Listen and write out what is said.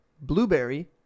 blueberry